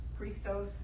priestos